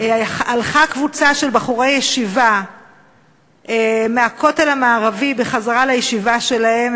הלכה קבוצה של בחורי ישיבה מהכותל המערבי בחזרה לישיבה שלהם.